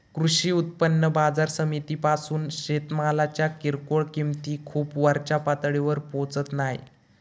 कृषी उत्पन्न बाजार समितीपासून शेतमालाच्या किरकोळ किंमती खूप वरच्या पातळीवर पोचत नाय